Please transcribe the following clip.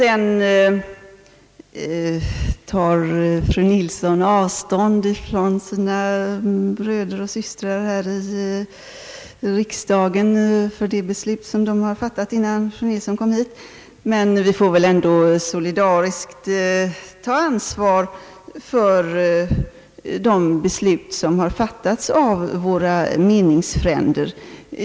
Fru Nilsson tar avstånd från sina bröder och systrar här i riksdagen beträffande det beslut som de har fattat innan fru Nilsson kom hit. Men vi får väl ändå solidariskt ta ansvar för beslut som har fattats av våra meningsfränder.